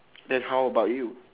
then how about you